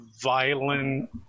violent